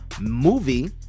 movie